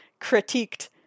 critiqued